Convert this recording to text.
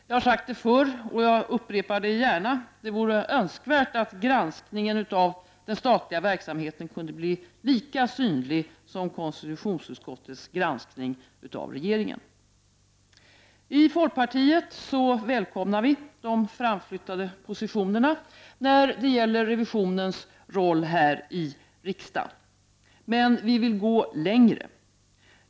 Jag har sagt det förr, och jag upprepar det gärna, att det vore önskvärt att granskningen av den statliga verksamheten kunde bli lika synlig som konstitutionsutskottets granskning av regeringen. I folkpartiet välkomnar vi de framflyttade positionerna när det gäller revisionens roll här i riksdagen, men vi vill gå längre.